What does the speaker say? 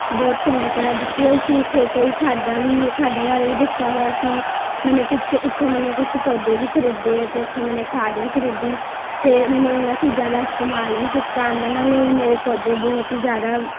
ਬਹੁਤ ਚੰਗੀ ਤਰ੍ਹਾਂ ਦਿੱਤੀ ਹੋਈ ਸੀ ਉੱਥੇ ਕਈ ਖਾਦਾਂ ਵੀ ਖਾਦਾਂ ਬਾਰੇ ਵੀ ਦੱਸਿਆ ਹੋਇਆ ਸੀ ਮੇੇਨੇ ਕੁਛ ਉੱਥੋ ਮੇਨੇ ਕੁਛ ਪੌਦੇ ਵੀ ਖਰੀਦੇ ਅਤੇ ਉੱਥੋਂ ਮੇੇਨੇ ਖਾਦ ਵੀ ਖਰੀਦੀ ਅਤੇ ਮੇਨੇ ਉਨ੍ਹਾਂ ਚੀਜ਼ਾਂ ਦਾ ਇਸਤੇਮਾਲ ਵੀ ਕੀਤਾ ਉਹਨਾਂ ਨਾਲ ਮੇਰੇ ਪੌਦੇ ਬਹੁਤ ਹੀ ਜ਼ਿਆਦਾ